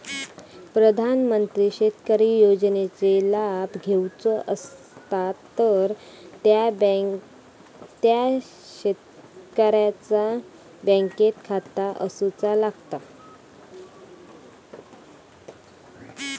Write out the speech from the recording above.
प्रधानमंत्री शेतकरी योजनेचे लाभ घेवचो असतात तर त्या शेतकऱ्याचा बँकेत खाता असूचा लागता